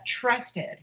trusted